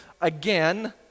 again